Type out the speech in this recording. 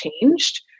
changed